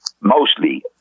mostly